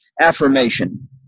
affirmation